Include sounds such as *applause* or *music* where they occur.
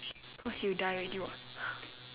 cause you die already [what] *laughs*